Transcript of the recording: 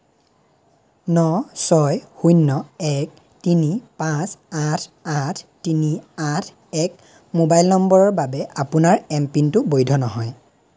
ন ছয় শূণ্য এক তিনি পাঁচ আঠ আঠ তিনি আঠ এক মোবাইল নম্বৰৰ বাবে আপোনাৰ এমপিনটো বৈধ নহয়